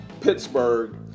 Pittsburgh